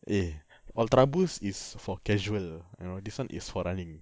eh ultraboost is for casual this [one] is for running